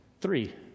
Three